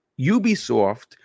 Ubisoft